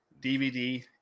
DVD